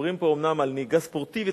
מדברים פה אומנם על נהיגה ספורטיבית,